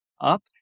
up